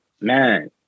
man